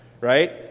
Right